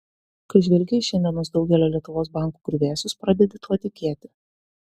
kai žvelgi į šiandienos daugelio lietuvos bankų griuvėsius pradedi tuo tikėti